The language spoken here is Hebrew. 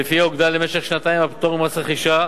שלפיה יוגדל למשך כשנתיים הפטור ממס רכישה